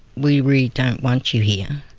we really don't want you here,